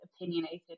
opinionated